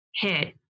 hit